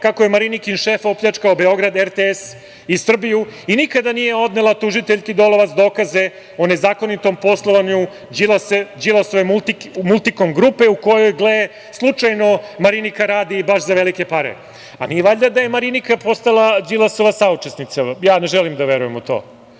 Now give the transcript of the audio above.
kako je Marinikin šef opljačkao Beograd, RTS i Srbiju i nikada nije odnela tužiteljki Dolovac dokaze o nezakonitom poslovanju Đilasove „Multikom grupe“ u kojoj slučajno Marinika radi baš za velike pare? Nije valjda da je Marinika postala Đilasova saučesnica? Ja ne želim da verujem u to.